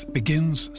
begins